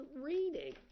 reading